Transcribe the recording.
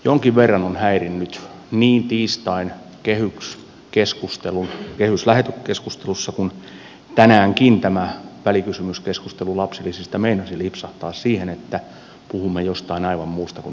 jonkin verran on häirinnyt niin tiistain kehyslähetekeskustelussa kuin tänäänkin tässä välikysymyskeskustelussa lapsilisistä se että keskustelu meinasi lipsahtaa siihen että puhumme jostain aivan muusta kuin itse asiasta